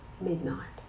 midnight